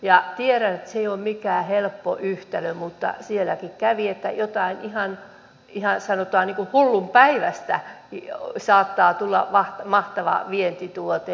ja tiedän että se ei ole mikään helppo yhtälö mutta sielläkin kävi ilmi että jostain ihan sanotaan niin kuin hullunpäiväisestä saattaa tulla mahtava vientituote